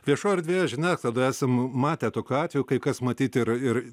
viešoj erdvėje žiniasklaidoj esam matę tokių atvejų kai kas matyt ir ir